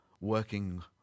working